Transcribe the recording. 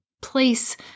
place